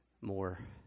more